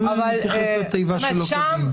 זה מתייחס לתיבה "שלא כדין".